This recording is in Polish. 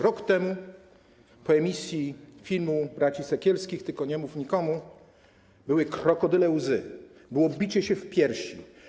Rok temu po emisji filmu braci Sekielskich „Tylko nie mów nikomu” były krokodyle łzy, było bicie się w piersi.